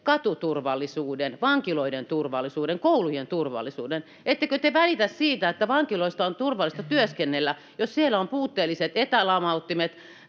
katuturvallisuuden, vankiloiden turvallisuuden, koulujen turvallisuuden. Ettekö te välitä siitä, että vankiloissa on turvatonta työskennellä, jos siellä on puutteelliset etälamauttimet